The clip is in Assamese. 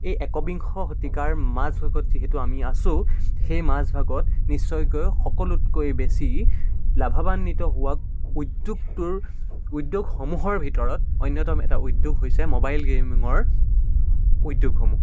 এই একবিংশ শতিকাৰ মাজভাগত যিহেতু আমি আছো সেই মাজভাগত নিশ্চয়কৈ সকলোতকৈ বেছি লাভাৱান্বিত হোৱা উদ্যোগটোৰ উদ্যোগসমূহৰ ভিতৰত অন্যতম এটা উদ্যোগ হৈছে মোবাইল গেমিঙৰ উদ্যোগসমূহ